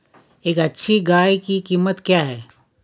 एक अच्छी गाय की कीमत क्या है?